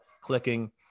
clicking